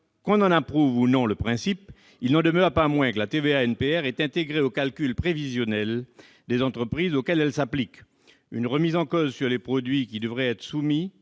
qu'on en approuve ou non le principe, il n'en demeure pas moins que la TVA NPR est intégrée au calcul prévisionnel des entreprises auxquelles elle s'applique. Une remise en cause sur les produits qui devraient y être soumis